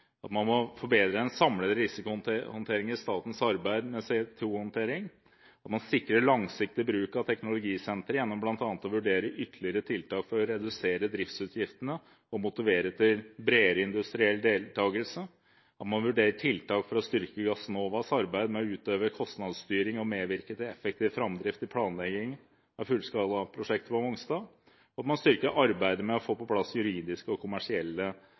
Man må forbedre den samlede risikohåndteringen i statens arbeid med CO2-håndtering, sikre langsiktig bruk av teknologisenteret gjennom bl.a. å vurdere ytterligere tiltak for å redusere driftsutgiftene og motivere til bredere industriell deltakelse, vurdere tiltak for å styrke Gassnovas arbeid med å utøve kostnadsstyring og medvirke til effektiv framdrift i planlegging av fullskalaprosjektet på Mongstad, og styrke arbeidet med å få på plass juridiske og kommersielle